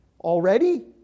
already